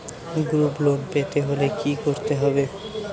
Group loan পেতে হলে কি করতে হবে?